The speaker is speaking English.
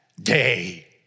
day